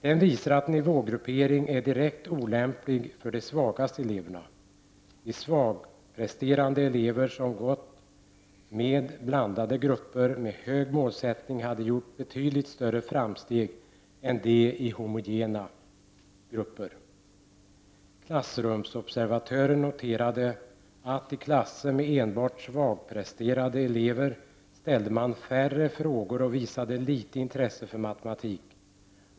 Detta visar att nivågruppering är direkt olämplig för de svagaste eleverna. De svagpresterande elever som gått med blandade grupper med hög målsättning hade gjort betydligt större framsteg än de i homogena grupper. Klassrumsobservatörer noterade att i klasser med enbart svagpresterande elever ställde man färre frågor och visade litet intresse för matematik.